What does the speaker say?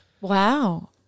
Wow